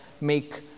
make